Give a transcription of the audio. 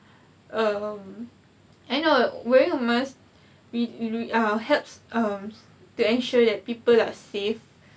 um I know wearing a mask it will it will helps um to ensure that people are safe